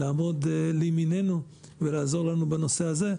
נעמוד לימיננו ולעזור לנו בנושא הזה.